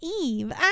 Eve